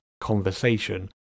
conversation